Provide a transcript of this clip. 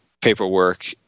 paperwork